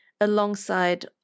alongside